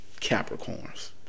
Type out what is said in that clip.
capricorns